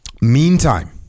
Meantime